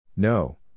No